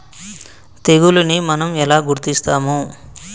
తెగులుని మనం ఎలా గుర్తిస్తాము?